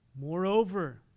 Moreover